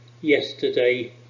yesterday